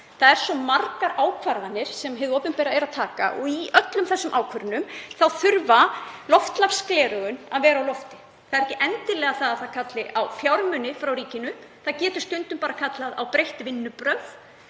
Það eru svo margar ákvarðanir sem hið opinbera er að taka og í öllum þessum ákvörðunum þurfa loftslagsgleraugun að vera á lofti. Það kallar ekki endilega á fjármuni frá ríkinu. Það getur stundum bara kallað á breytt vinnubrögð,